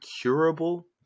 curable